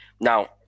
Now